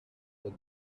the